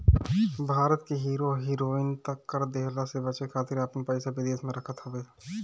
भारत के hero heroine त कर देहला से बचे खातिर आपन पइसा विदेश में रखत हवे